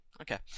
Okay